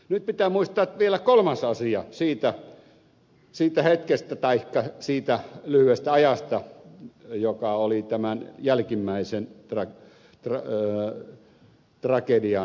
nyt pitää muistaa vielä kolmas asia siitä lyhyestä ajasta joka oli tämän jälkimmäisen tragedian jälkeen